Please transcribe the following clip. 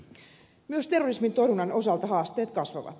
myös terrorismin torjunnan osalta haasteet kasvavat